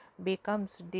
becomes